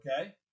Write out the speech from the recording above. okay